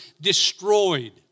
destroyed